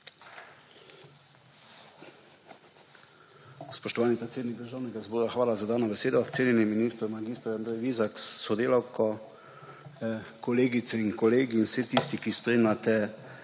Spoštovani predsednik Državnega zbora, hvala za dano besedo. Cenjeni minister mag. Andrej Vizjak s sodelavko, kolegice in kolegi in vsi tisti, ki spremljate